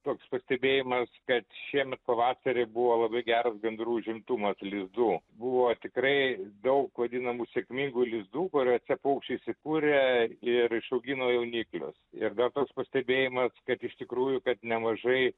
toks pastebėjimas kad šiemet pavasarį buvo labai geras gandrų užimtumas lizdų buvo tikrai daug vadinamų sėkmingų lizdų kuriuose paukščiai įsikūrė ir išaugino jauniklius ir dar toks pastebėjimas kad iš tikrųjų kad nemažai